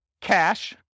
cash